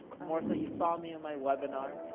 more so, you saw me in my webinar,